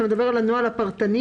אתה מדבר על הנוהל הפרטני?